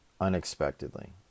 unexpectedly